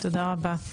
תודה רבה.